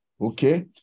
okay